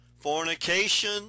fornication